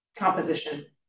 composition